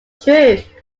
true